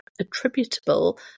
attributable